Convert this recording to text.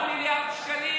13 מיליארד שקלים